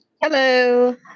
Hello